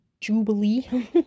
jubilee